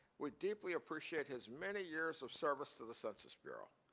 we deeply appreciate his many years of service to the census bureau.